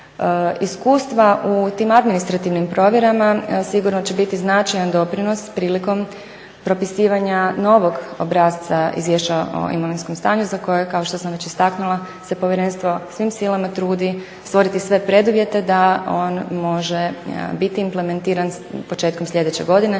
Iskustva u tim administrativnim provjerama sigurno će biti značajan doprinos prilikom propisivanja novog obrasca izvješća o imovinskom stanju za koje, kao što sam već istaknula, se Povjerenstvo svim silama trudi stvoriti sve preduvjete da on može biti implementiran početkom sljedeće godine.